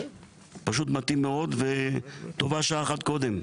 פשוט מתאים מאוד, וטובה שעה אחת קודם.